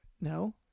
No